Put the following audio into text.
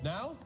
Now